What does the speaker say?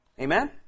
Amen